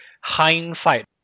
hindsight